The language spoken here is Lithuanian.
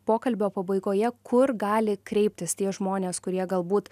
pokalbio pabaigoje kur gali kreiptis tie žmonės kurie galbūt